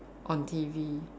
on T_V